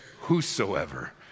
whosoever